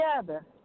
together